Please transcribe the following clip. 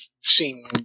seen